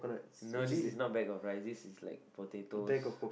no this is not bag of rice this is like potatoes